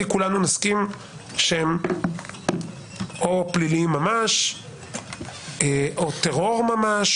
כולנו נסכים שהם או פליליים ממש או טרור ממש.